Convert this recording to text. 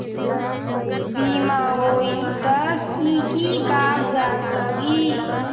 बिमा होई त कि की कागज़ात लगी?